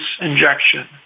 injection